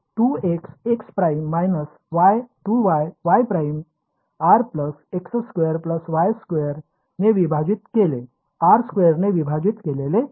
तर 2xx′ − 2yy′ R x2 y2 ने विभाजित केले R2 ने विभाजित केलेले हे